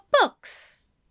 books